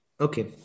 Okay